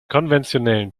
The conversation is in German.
konventionellen